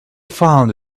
found